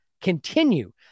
continue